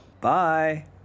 Bye